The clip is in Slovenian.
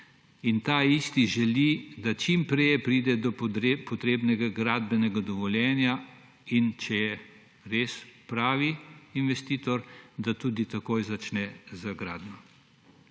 in ta isti želi, da čim prej pride do potrebnega gradbenega dovoljenja in če je res pravi investitor, da tudi takoj začne z gradnjo.